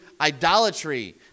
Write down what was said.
idolatry